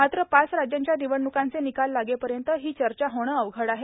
मात्र पाच राज्यांच्या निवडणुकांचे निकाल लागेपर्यंत ही चर्चा होणे अवघड आहे